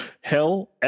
hell